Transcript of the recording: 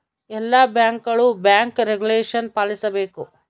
ಎಲ್ಲ ಬ್ಯಾಂಕ್ಗಳು bank regulation ಪಾಲಿಸಬೇಕು